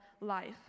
life